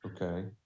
Okay